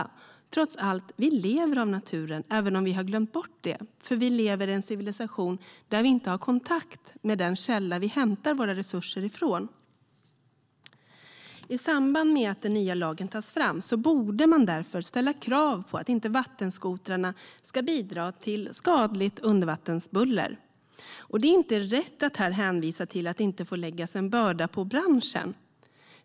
Vi lever trots allt av naturen, även om vi har glömt bort det eftersom vi lever i en civilisation där vi inte har kontakt med den källa som vi hämtar våra resurser ifrån. I samband med att den nya lagen tas fram borde man därför ställa krav på att vattenskotrarna inte ska bidra till skadligt undervattensbuller. Det är inte rätt att här hänvisa till att det inte får läggas en börda på branschen.